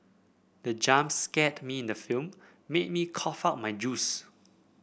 the jump scared me in the film made me cough out my juice